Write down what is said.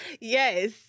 yes